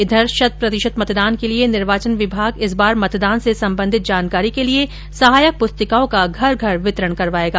इधर शत प्रतिशत मतदान के लिए निर्वाचन विभाग इस बार मतदान से सम्बन्धित जानकारी के लिए सहायक पुस्तिकाओं का घर घर वितरण करवायेगा